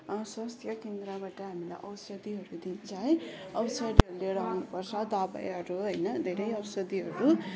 स्वास्थ्य केन्द्रबाट हामीले औषधीहरू दिन्छ है औषधीहरू लिएर आउनुपर्छ दवाईहरू होइन धेरै औषधीहरू